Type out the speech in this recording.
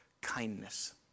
kindness